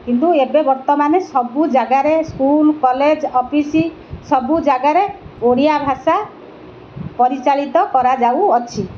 କିନ୍ତୁ ଏବେ ବର୍ତ୍ତମାନେ ସବୁ ଜାଗାରେ ସ୍କୁଲ୍ କଲେଜ୍ ଅଫିସ୍ ସବୁ ଜାଗାରେ ଓଡ଼ିଆଭାଷା ପରିଚାଳିତ କରାଯାଉଅଛି